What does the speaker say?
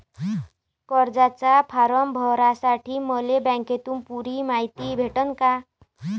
कर्जाचा फारम भरासाठी मले बँकेतून पुरी मायती भेटन का?